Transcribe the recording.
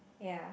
ya